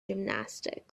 gymnastics